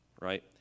right